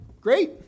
Great